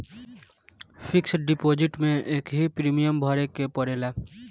fix deposit में एकही premium भरे के पड़ेला